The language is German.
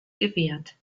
gewährt